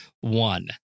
one